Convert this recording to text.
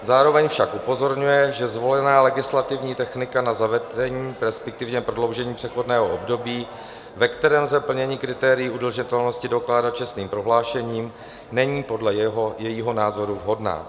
Zároveň však upozorňuje, že zvolená legislativní technika na zavedení, respektive prodloužení přechodného období, ve kterém lze plnění kritérií udržitelnosti dokládat čestným prohlášením, není podle jejího názoru vhodná.